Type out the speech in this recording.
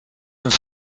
uns